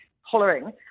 hollering